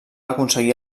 aconseguir